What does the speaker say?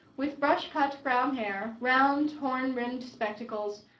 with brush-cut brown hair, round horn-rimmed spectacles,